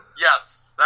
Yes